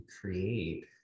create